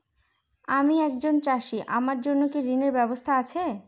আমি একজন চাষী আমার জন্য কি ঋণের ব্যবস্থা আছে?